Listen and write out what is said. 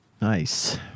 Nice